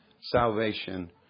Salvation